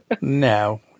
No